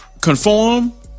conform